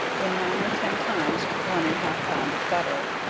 in nine or ten times one and half pound of butter.